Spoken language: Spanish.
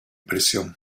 prisión